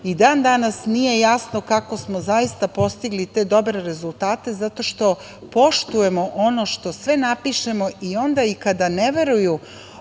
i dan danas nije jasno kako smo zaista postigli te dobre rezultate zato što poštujemo ono što sve napišemo i onda i kada ne veruju